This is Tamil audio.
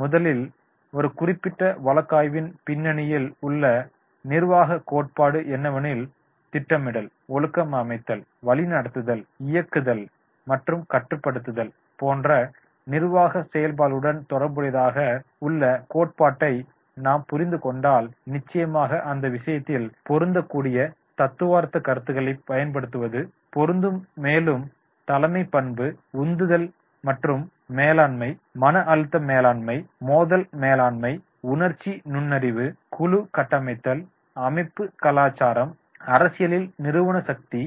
முதலில் ஒரு குறிப்பிட்ட வழக்காய்வின் பின்னணியில் உள்ள நிர்வாக கோட்பாடு என்னவெனில் திட்டமிடல் ஒழுங்கமைத்தல் வழிநடத்துதல் இயக்குதல் மற்றும் கட்டுப்படுத்துதல் போன்ற நிர்வாக செயல்பாடுகளுடன் தொடர்புடையதாக உள்ள கோட்பாட்டை நாம் புரிந்து கொண்டால் நிச்சயமாக அந்த விஷயத்தில் பொருந்தக்கூடிய தத்துவார்த்த கருத்துக்களைப் பயன்படுத்துவது பொருந்தும்மேலும் தலைமை பண்பு உந்துதல் மாற்றம் மேலாண்மை மன அழுத்த மேலாண்மை மோதல் மேலாண்மை உணர்ச்சி நுண்ணறிவு குழு கட்டமைத்தல் அமைப்பு கலாச்சாரம் அரசியலில் நிறுவன சக்தி